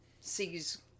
sees